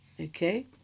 okay